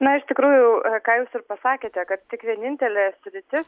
na iš tikrųjų ką jūs ir pasakėte kad tik vienintelė sritis